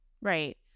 Right